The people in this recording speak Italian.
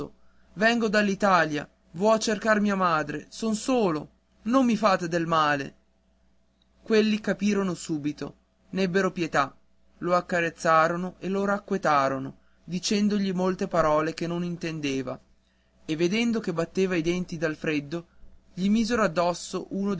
ragazzo vengo dall'italia vo a cercar mia madre son solo non mi fate del male quelli capirono subito n'ebbero pietà lo carezzarono e lo racquetarono dicendogli molte parole che non intendeva e vedendo che batteva i denti dal freddo gli misero addosso